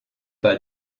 pas